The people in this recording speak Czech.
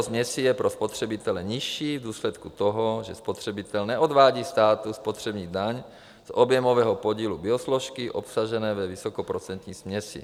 Cena těchto směsí je pro spotřebitele nižší v důsledku toho, že spotřebitel neodvádí státu spotřební daň z objemového podílu biosložky obsažené ve vysokoprocentní směsi.